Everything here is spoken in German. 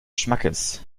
schmackes